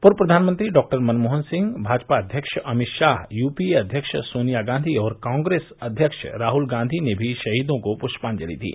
पूर्व प्रधानमंत्री डॉक्टर मनमोहन सिंह भाजपा अध्यक्ष Amit Shah U P A अध्यक्ष सोनिया गांधी और कांग्रेस अध्यक्ष राहुल गांधी ने भी शहीदों को पुष्पांजलि दी